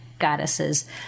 goddesses